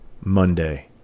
Monday